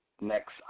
next